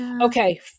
Okay